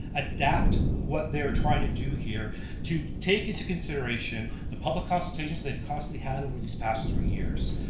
adapt what they're trying to do here to take into consideration the public consultations they've constantly had over these past three years,